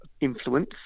influence